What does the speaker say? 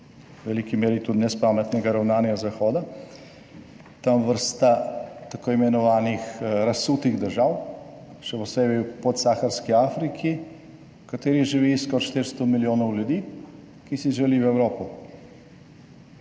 v veliki meri tudi nespametnega ravnanja Zahoda tam vrsta tako imenovanih razsutih držav, še posebej v Podsaharski Afriki, v kateri živi skoraj 400 milijonov ljudi, ki si želi v Evropo.